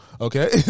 Okay